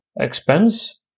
expense